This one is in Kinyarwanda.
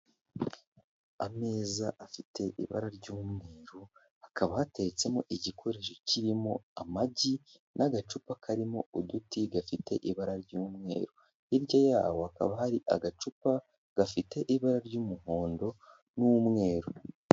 Ameza afite ibara ry'umweru hakaba hateretsemo igikoresho kirimo amagi n'agacupa karimo uduti gafite ibara ry'umweru, hirya yaho hakaba hari agacupa gafite ibara ry'umuhondo n'umweru.